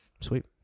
Sweet